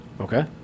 Okay